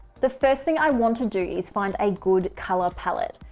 the first thing i want to do is find a good color palette.